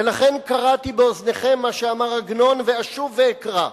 ולכן קראתי באוזניכם מה שאמר עגנון, ואשוב ואקרא,